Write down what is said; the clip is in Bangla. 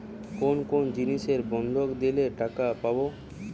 কোন কোন জিনিস বন্ধক দিলে টাকা পাব?